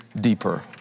deeper